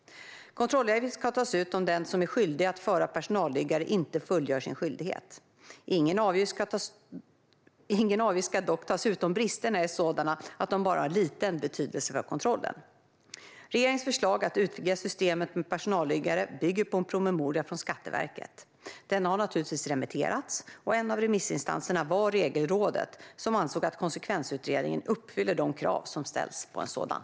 Kontrollavgift ska tas ut om den som är skyldig att föra personalliggare inte fullgör sin skyldighet. Ingen avgift ska dock tas ut om bristerna är sådana att de bara har liten betydelse för kontrollen. Regeringens förslag att utvidga systemet med personalliggare bygger på en promemoria från Skatteverket. Den har naturligtvis remitterats. En av remissinstanserna var Regelrådet, som ansåg att konsekvensutredningen uppfyller de krav som ställs på en sådan.